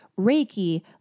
Reiki